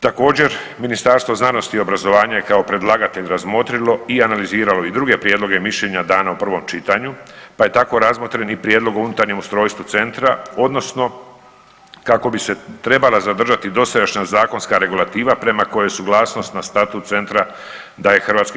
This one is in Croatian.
Također Ministarstvo znanosti i obrazovanja je kao predlagatelj razmotrilo i analiziralo i druge prijedloge i mišljenja dana u prvom čitanju, pa je tako razmotren i prijedlog o unutarnjem ustrojstvu centra odnosno kako bi se trebala zadržati dosadašnja zakonska regulativa prema kojoj suglasnost na statut centra daje HS.